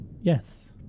Yes